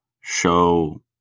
show